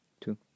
two